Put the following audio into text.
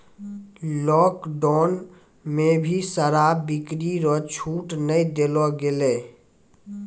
lockdown मे भी शराब बिक्री रो छूट नै देलो गेलै